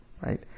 right